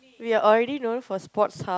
we are already known for sports hub